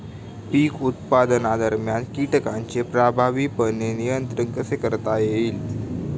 पीक उत्पादनादरम्यान कीटकांचे प्रभावीपणे नियंत्रण कसे करता येईल?